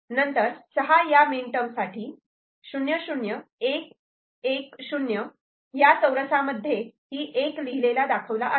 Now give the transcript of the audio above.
नंतर 6 ह्या minterm साठी 6 00110 या चौरसमध्येही 1 लिहिलेला दाखवला आहे